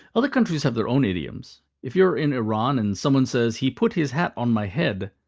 other countries have their own idioms. if you're in iran and someone says, he put his hat on my head,